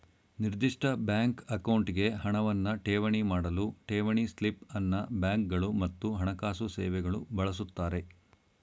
ನಿರ್ದಿಷ್ಟ ಬ್ಯಾಂಕ್ ಅಕೌಂಟ್ಗೆ ಹಣವನ್ನ ಠೇವಣಿ ಮಾಡಲು ಠೇವಣಿ ಸ್ಲಿಪ್ ಅನ್ನ ಬ್ಯಾಂಕ್ಗಳು ಮತ್ತು ಹಣಕಾಸು ಸೇವೆಗಳು ಬಳಸುತ್ತಾರೆ